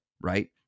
right